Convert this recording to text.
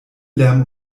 lärm